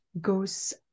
goes